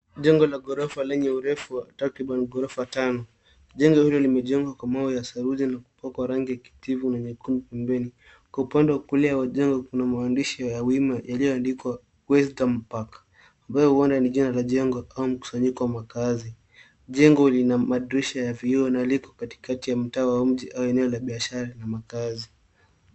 Jengo la gorofa lenye urefu wa takriban ghorofa tano. Jengo hilo limejengwa kwa moyo wa sarujii na kupakwa rangi ya kijivu na nyekundu pembeni. Kwa upande wa kulia wa jengo kuna maandishi ya wima yaliyoandikwa Western Park , ambayo huenda ni jina la jengo, au mkusanyiko wa makaazi. Jengo lina madirisha ya vioo na lipo katikati ya mtaa wa mji au eneo la biashara na makaazi.